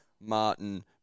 Martin